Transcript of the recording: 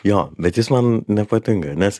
jo bet jis man nepatinka nes